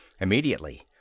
Immediately